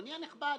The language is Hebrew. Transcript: אדוני הנכבד,